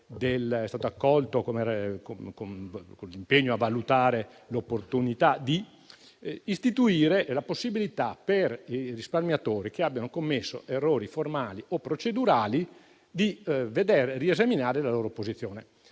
Governo che si era impegnato a valutare - l'opportunità di istituire la possibilità per i risparmiatori, che hanno commesso errori formali o procedurali, di veder riesaminata la loro posizione.